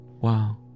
Wow